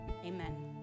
amen